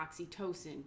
oxytocin